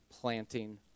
planting